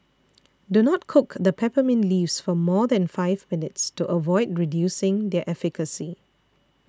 do not cook the peppermint leaves for more than five minutes to avoid reducing their efficacy